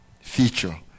feature